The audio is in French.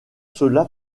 cela